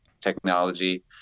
technology